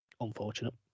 Unfortunate